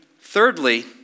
Thirdly